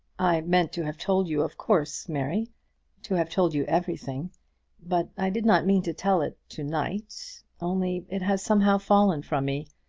i meant to have told you, of course, mary to have told you everything but i did not mean to tell it to-night only it has somehow fallen from me.